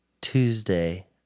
Tuesday